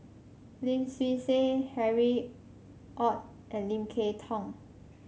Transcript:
Lim Swee Say Harry Ord and Lim Kay Tong